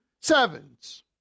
sevens